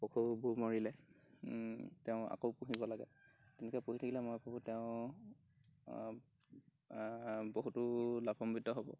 পশুবোৰ মৰিলে তেওঁ আকৌ পুহিব লাগে তেনেকৈ পুহি থাকিলে মই ভাবোঁ তেওঁ বহুতো লাভাম্বিত হ'ব